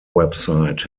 website